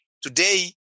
Today